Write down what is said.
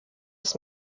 des